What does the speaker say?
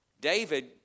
David